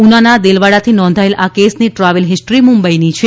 ઉનાના દેલવાડાથી નોંધાયેલ આ કેસની ટ્રાવેલ હિસ્ટ્રી મુંબઇની છે